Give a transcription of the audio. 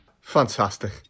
fantastic